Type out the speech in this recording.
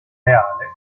reale